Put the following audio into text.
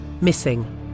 Missing